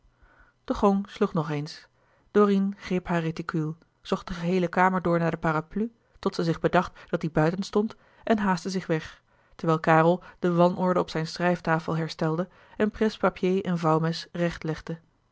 de gong sloeg nog eens dorine greep hare réticule zocht de geheele kamer door naar de parapluie tot zij zich bedacht dat die buiten stond en haastte zich weg terwijl karel de wanorde op zijne schrijftafel herstelde en presse-papier en vouwmes